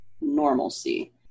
normalcy